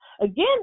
Again